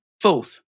Fourth